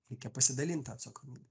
reikia pasidalint ta atsakomybe